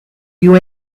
you